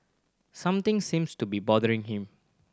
something seems to be bothering him